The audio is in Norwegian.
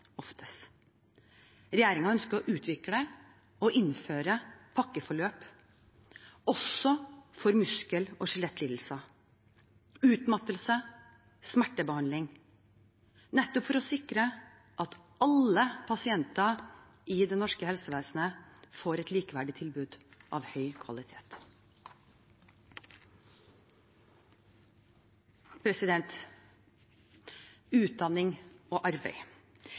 ønsker å utvikle og innføre pakkeforløp også for muskel- og skjelettlidelser, utmattelse og smertebehandling, nettopp for å sikre at alle pasienter i det norske helsevesenet får et likeverdig tilbud av høy kvalitet. Utdanning og arbeid